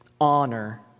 honor